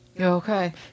Okay